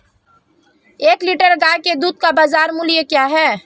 एक लीटर गाय के दूध का बाज़ार मूल्य क्या है?